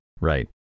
Right